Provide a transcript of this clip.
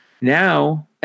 Now